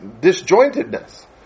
disjointedness